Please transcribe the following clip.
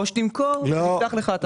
או שתמכור ונפתח לך הטבה.